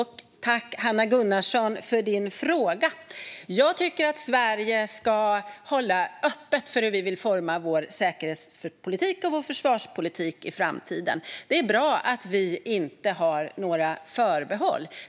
Herr talman! Tack för din fråga, Hanna Gunnarsson! Jag tycker att Sverige ska hålla öppet hur vi vill forma vår säkerhetspolitik och vår försvarspolitik i framtiden. Det är bra att vi inte har några förbehåll.